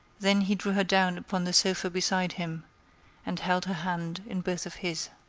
then he drew her down upon the sofa beside him and held her hand in both of his.